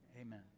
Amen